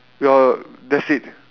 no that's it